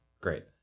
great